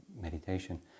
meditation